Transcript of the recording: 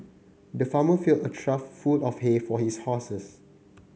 the farmer filled a trough full of hay for his horses